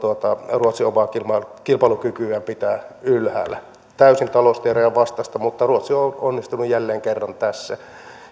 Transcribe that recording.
ruotsi omaa kilpailukykyään pitää ylhäällä se on täysin talousteorian vastaista mutta ruotsi on onnistunut jälleen kerran tässä